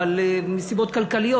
מסיבות כלכליות,